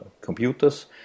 computers